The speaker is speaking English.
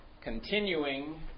continuing